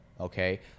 okay